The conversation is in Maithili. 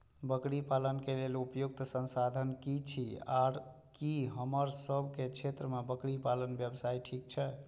बकरी पालन के लेल उपयुक्त संसाधन की छै आर की हमर सब के क्षेत्र में बकरी पालन व्यवसाय ठीक छै?